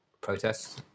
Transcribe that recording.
protests